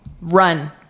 run